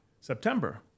September